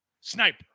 sniper